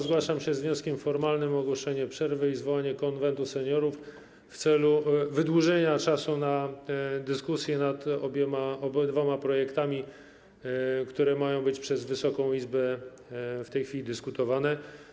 Zgłaszam się z wnioskiem formalnym o ogłoszenie przerwy i zwołanie Konwentu Seniorów w celu wydłużenia czasu na dyskusję nad obydwoma projektami, które mają być przez Wysoką Izbę w tej chwili dyskutowane.